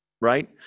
right